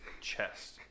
chest